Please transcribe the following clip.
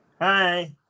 Hi